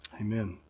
Amen